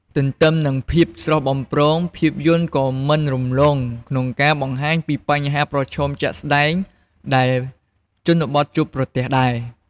ទន្ទឹមនឹងភាពស្រស់បំព្រង ភាពយន្តក៏មិនរំលងក្នុងការបង្ហាញពី បញ្ហាប្រឈមជាក់ស្តែង ដែលជនបទជួបប្រទះដែរ។